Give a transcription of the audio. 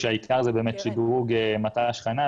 שהעיקר זה באמת שדרוג מט"ש יד חנה,